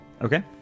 Okay